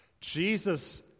Jesus